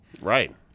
Right